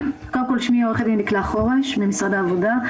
אני ממשרד העבודה,